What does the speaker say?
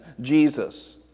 Jesus